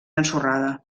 ensorrada